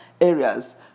areas